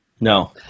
No